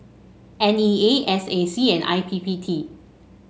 N E A S A C and I P P T